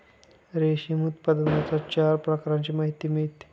रेशीम उत्पादनाच्या चार प्रकारांची माहिती मिळते